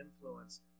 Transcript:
influence